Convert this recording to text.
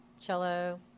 cello